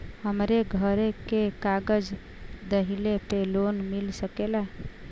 हमरे घरे के कागज दहिले पे लोन मिल सकेला?